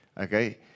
Okay